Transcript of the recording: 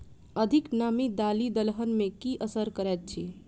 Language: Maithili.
अधिक नामी दालि दलहन मे की असर करैत अछि?